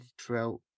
throughout